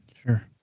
Sure